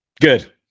Good